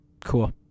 cool